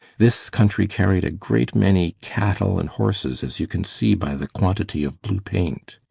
this country carried a great many cattle and horses, as you can see by the quantity of blue paint.